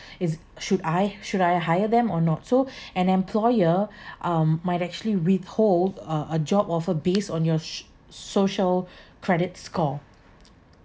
is should I should I hire them or not so an employer um might actually withhold uh a job offer based on your so~ social credit score